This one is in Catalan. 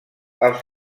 als